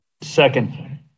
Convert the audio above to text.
Second